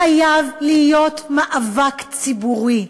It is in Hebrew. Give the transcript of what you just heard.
חייב להיות מאבק ציבורי.